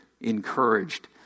encouraged